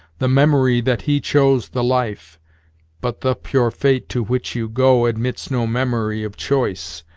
the memory that he chose the life but the pure fate to which you go admits no memory of choice,